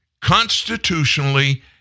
constitutionally